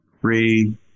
Three